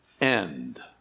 end